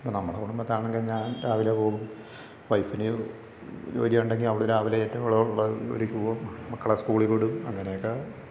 നമ്മുടെ കുടുംബത്ത് ആണെങ്കിൽ ഞാൻ രാവിലെ പോകും വൈഫിന് ജോ ജോലിയുണ്ടെങ്കിൽ അവളെ രാവിലെ ഏറ്റു അവളുള്ള ജോലിക്ക് പോകും മക്കളെ സ്കൂളിൽ വിടും അങ്ങനെയൊക്കെ